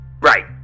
Right